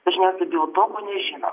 dažniausiai dėl to ko nežino